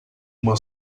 uma